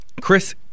Chris